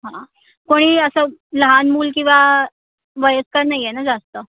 हां कोणी असं लहान मूल किंवा वयस्कर नाही आहे ना जास्त